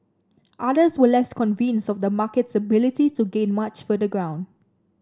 others were less convinced of the market's ability to gain much further ground